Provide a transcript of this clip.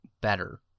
better